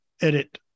edit